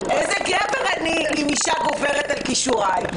איזה גבר אני אם אישה גוברת על כישוריי?